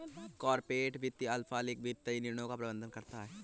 corporate वित्त अल्पकालिक वित्तीय निर्णयों का प्रबंधन करता है